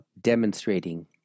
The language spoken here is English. demonstrating